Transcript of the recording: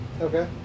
Okay